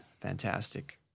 fantastic